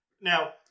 Now